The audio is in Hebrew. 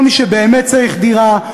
כל מי שבאמת צריך דירה,